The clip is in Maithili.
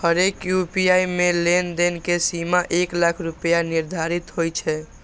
हरेक यू.पी.आई मे लेनदेन के सीमा एक लाख रुपैया निर्धारित होइ छै